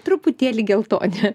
truputėlį geltoni